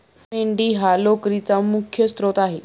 मेंढी हा लोकरीचा मुख्य स्त्रोत आहे